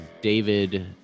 David